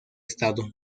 estado